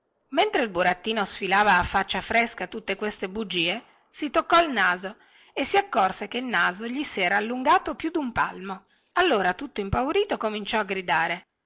mentre il burattino sfilava a faccia fresca tutte queste bugie si toccò il naso e si accorse che il naso gli sera allungato più dun palmo allora tutto impaurito cominciò a gridare